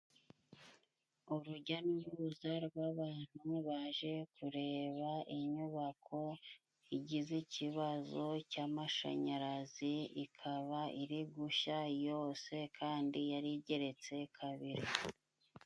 Urujya n'uruza rw'abantu baje kureba inyubako igize ikibazo cy'amashanyarazi, ikaba iri gushya yose kandi yari igeretse kabiri.